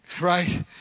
Right